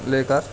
لے کر